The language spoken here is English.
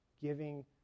giving